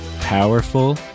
powerful